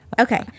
okay